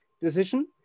decision